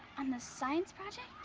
on the science project?